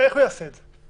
איך הוא יעשה את זה.